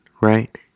right